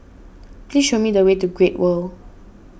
please show me the way to Great World